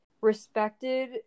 respected